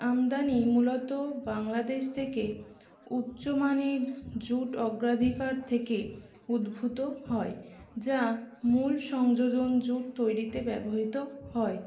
আমদানি মূলত বাংলাদেশ থেকে উচ্চমানের জুট অগ্রাধিকার থেকে উদ্ভূত হয় যা মূল সংযোজন জুট তৈরিতে ব্যবহৃত হয়